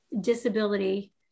disability